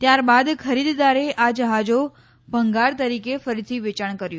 ત્યારબાદ ખરીદદારે આ જહાજો ભંગાર તરીકે ફરીથી વેયાણ કર્યું